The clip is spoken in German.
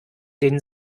den